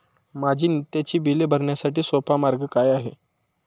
माझी नित्याची बिले भरण्यासाठी सोपा मार्ग काय आहे?